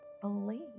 believe